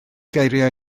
geiriau